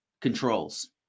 controls